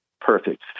perfect